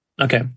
Okay